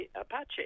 Apache